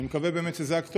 אני באמת מקווה שזו הכתובת,